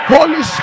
Holy